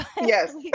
Yes